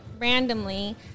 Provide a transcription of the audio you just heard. randomly